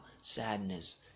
sadness